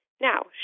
Now